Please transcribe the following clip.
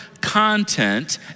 content